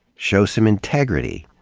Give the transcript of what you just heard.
show some integrity.